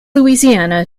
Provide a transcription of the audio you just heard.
louisiana